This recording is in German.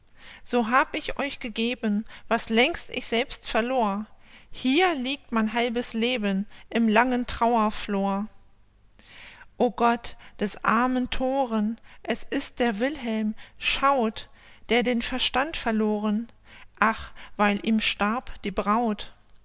so hab ich euch gegeben was längst ich selbst verlor hier liegt mein halbes leben im langen trauerflor o gott des armen thoren es ist der wilhelm schaut der den verstand verloren ach weil ihm starb die braut